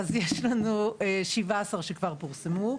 יש לנו 17 שכבר פורסמו.